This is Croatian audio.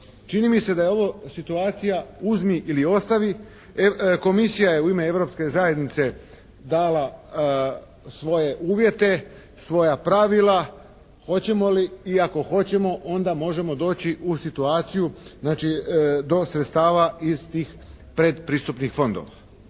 Čini mi se da je ovo situacija uzmi ili ostavi. Komisija je u ime Europske zajednice dala svoje uvjete, svoja pravila. Hoćemo li i ako hoćemo onda možemo doći u situaciju do sredstava iz tih pretpristupnih fondova.